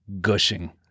Gushing